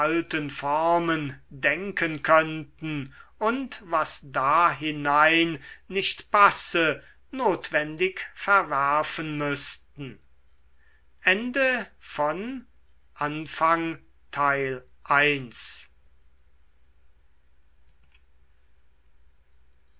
formen denken könnten und was dahinein nicht passe notwendig verwerfen müßten